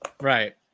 right